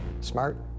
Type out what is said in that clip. Smart